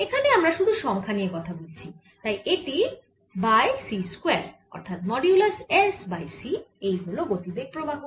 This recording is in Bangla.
এখানে আমরা শুধু সংখ্যা নিয়ে কথা বলছি তাই এটি বাই c স্কয়ার অর্থাৎ মডিউলাস S বাই c এই হল গতিবেগ প্রবাহ